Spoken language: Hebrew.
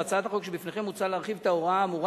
בהצעת החוק שבפניכם מוצע להרחיב את ההוראה האמורה